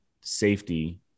safety